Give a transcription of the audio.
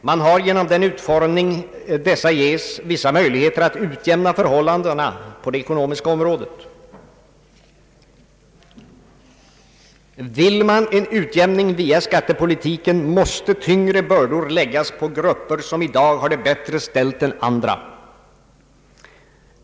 Man har genom den utformning dessa ges vissa möjligheter att utjämna förhållandena på det ekonomiska området. Vill man en utjämning via skattepolitiken, måste tyngre bördor läggas på grupper som i dag har det bättre ställt än andra.